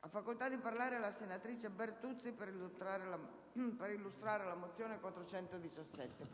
Ha facoltà di parlare la senatrice Bertuzzi per illustrare la mozione n. 417.